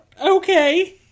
Okay